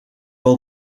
all